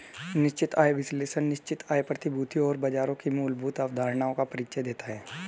निश्चित आय विश्लेषण निश्चित आय प्रतिभूतियों और बाजारों की मूलभूत अवधारणाओं का परिचय देता है